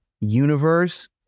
universe